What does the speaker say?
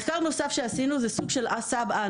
מחקר נוסף שעשינו הוא סוג שלsubanalysis